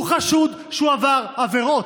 הוא חשוד שהוא עבר עבירות.